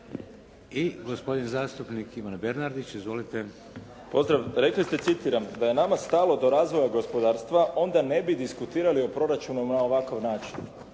I gospodin zastupnik Ivan Bernardić. Izvolite. **Bernardić, Davor (SDP)** Rekli ste citiram: "da je nama stalo do razvoja gospodarstva onda ne bi diskutirali o proračunu na ovakav način".